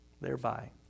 thereby